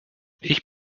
ich